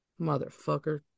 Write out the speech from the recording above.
Motherfucker